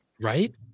right